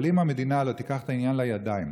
אבל אם המדינה לא תיקח את העניין לידיים,